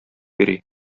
йөри